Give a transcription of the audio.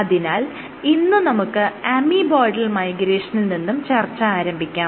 അതിനാൽ ഇന്ന് നമുക്ക് അമീബോയ്ഡൽ മൈഗ്രേഷനിൽ നിന്നും ചർച്ച ആരംഭിക്കാം